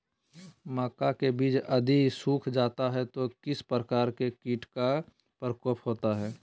मक्का के बिज यदि सुख जाता है तो किस प्रकार के कीट का प्रकोप होता है?